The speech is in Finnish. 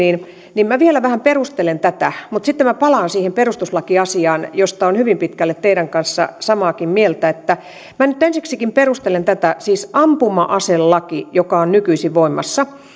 minä vielä vähän perustelen tätä mutta sitten minä palaan siihen perustuslakiasiaan josta olen hyvin pitkälle teidän kanssanne samaakin mieltä minä nyt ensiksikin perustelen tätä siis ampuma aselaissa joka on nykyisin voimassa